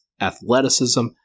athleticism